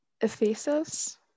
Ephesus